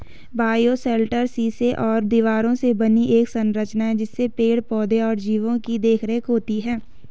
bioshelter शीशे और दीवारों से बनी एक संरचना है जिसमें पेड़ पौधे और जीवो की देखरेख होती है